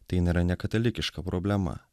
tai nėra nekatalikiška problema